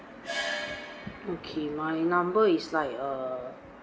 okay my number is like err